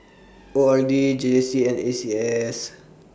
O R D J J C and A C S